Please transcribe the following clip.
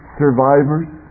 survivors